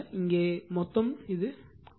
இங்கே மொத்தம் இது 0